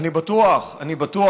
אני בטוח, אני בטוח.